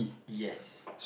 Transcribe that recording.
yes